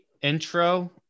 intro